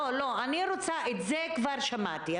לא, את זה כבר שמעתי.